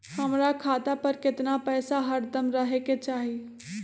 हमरा खाता पर केतना पैसा हरदम रहे के चाहि?